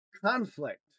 conflict